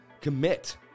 commit